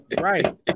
Right